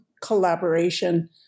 collaboration